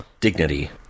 dignity